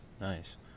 nice